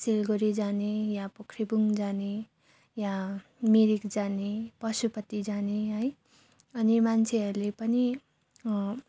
सिलगडी जाने यहाँ पोख्रेबुङ जाने यहाँ मिरिक जाने पशुपति जाने है अनि मान्छेहरूले पनि